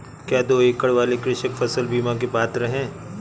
क्या दो एकड़ वाले कृषक फसल बीमा के पात्र हैं?